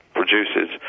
produces